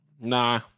Nah